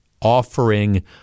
offering